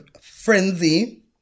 frenzy